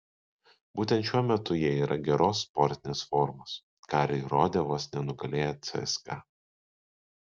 būtent šiuo metu jie yra geros sportinės formos ką ir įrodė vos nenugalėję cska